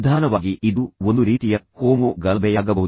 ನಿಧಾನವಾಗಿ ಇದು ಒಂದು ರೀತಿಯ ಕೋಮು ಗಲಭೆಯಾಗಬಹುದು